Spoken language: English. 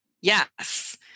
Yes